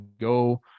Go